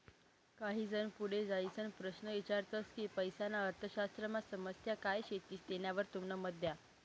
काही जन पुढे जाईसन प्रश्न ईचारतस की पैसाना अर्थशास्त्रमा समस्या काय शेतीस तेनावर तुमनं मत द्या